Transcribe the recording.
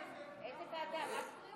בריאות.